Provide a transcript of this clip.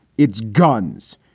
it's guns.